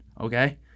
okay